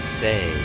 say